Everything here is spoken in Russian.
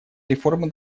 реформы